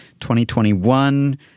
2021